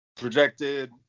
projected